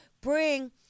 bring